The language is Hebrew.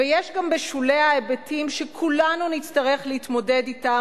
ויש גם בשוליה היבטים שכולנו נצטרך להתמודד אתם,